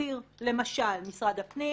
למשל משרד הפנים